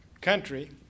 country